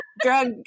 drug